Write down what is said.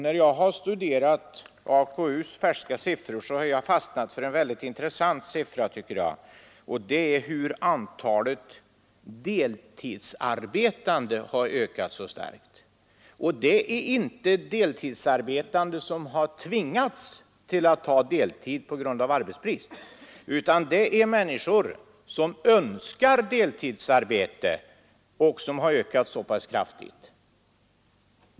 När jag studerade AKU:s färska siffror fastnade jag emellertid för en siffra, som jag tycker är mycket intressant, nämligen hur starkt antalet deltidsarbetande har ökat. Och det är inte deltidsarbetande som på grund av arbetsbrist har tvingats att ta deltidsjobb, utan det är människor som önskar deltidsarbete.